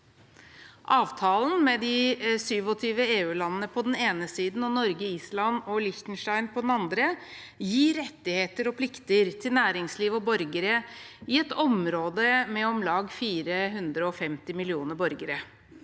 Avtalen med de 27 EU-landene på den ene siden og Norge, Island og Liechtenstein på den andre gir rettigheter og plikter til næringsliv og borgere i et område med om lag 450 millioner borgere.